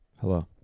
Hello